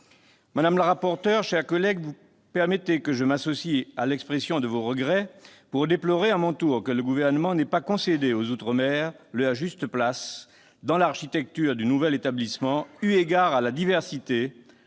Madame la rapporteure, chère collègue, permettez que je m'associe à l'expression de vos regrets pour déplorer à mon tour que le Gouvernement n'ait pas concédé aux outre-mer leur juste place dans l'architecture du nouvel établissement, eu égard à la richesse,